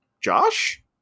Josh